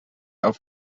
auf